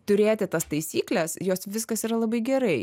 turėti tas taisykles jos viskas yra labai gerai